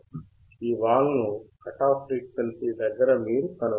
ఈ వాలు ను cut off frequency దగ్గర మీరు కనుగొనవచ్చు